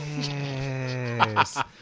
yes